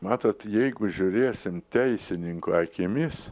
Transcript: matot jeigu žiūrėsim teisininko akimis